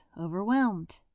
overwhelmed